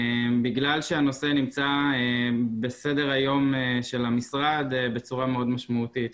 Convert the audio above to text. בגלל שהנושא נמצא בסדר היום של המשרד בצורה מאוד משמעותית.